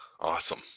Awesome